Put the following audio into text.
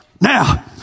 Now